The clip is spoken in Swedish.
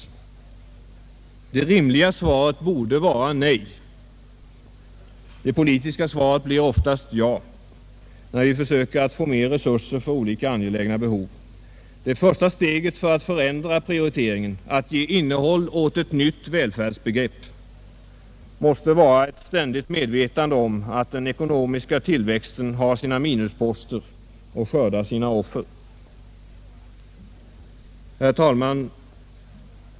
Det rimliga svaret borde vara nej. Det politiska svaret blir oftast ja, när vi försöker att få mer resurser för olika angelägna behov. Det första steget för att förändra prioriteringen — att ge innehåll åt ett nytt välfärdsbegrepp — måste vara ett ständigt medvetande om att den ekonomiska tillväxten har sina minusposter och skördar sina offer. Herr talman!